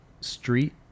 street